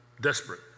desperate